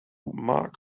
mark